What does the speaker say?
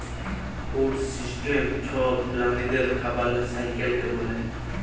food system ছব প্রালিদের খাবারের সাইকেলকে ব্যলে